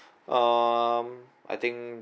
um I think